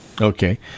Okay